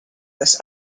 this